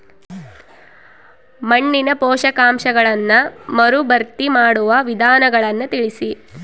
ಮಣ್ಣಿನ ಪೋಷಕಾಂಶಗಳನ್ನು ಮರುಭರ್ತಿ ಮಾಡುವ ವಿಧಾನಗಳನ್ನು ತಿಳಿಸಿ?